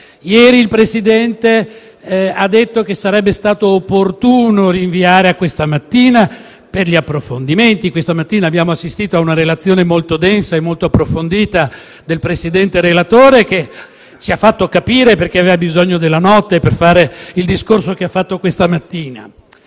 Ieri il Presidente ha detto che sarebbe stato opportuno rinviare a questa mattina per gli approfondimenti. Questa mattina abbiamo assistito ad una relazione molto densa e molto approfondita del Presidente relatore, che ci ha fatto capire perché aveva bisogno della notte per fare il discorso che ha tenuto questa mattina.